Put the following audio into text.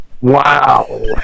Wow